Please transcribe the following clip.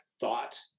thought